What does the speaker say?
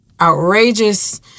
outrageous